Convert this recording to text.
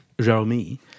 Jeremy